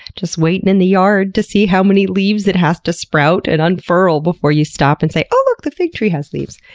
just waitin' in the yard to see how many leaves it has to sprout and unfurl before you stop and say, oh look! the fig tree has leaves!